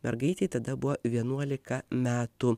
mergaitei tada buvo vienuolika metų